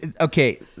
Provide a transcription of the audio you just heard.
okay